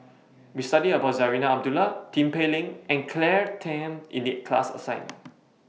We studied about Zarinah Abdullah Tin Pei Ling and Claire Tham in The class assignment